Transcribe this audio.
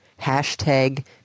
Hashtag